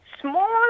small